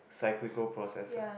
cyclical process ah